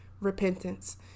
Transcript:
Repentance